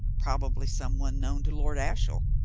probably some one known to lord ashiel,